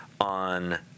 on